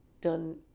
done